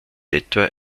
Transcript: etwa